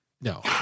no